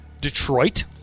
Detroit